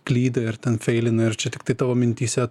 klydai ar ten feilinai ar čia tiktai tavo mintyse tai